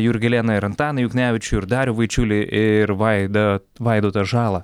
jurgelėną ir antaną juknevičių ir darių vaičiulį ir vaidą vaidotą žalą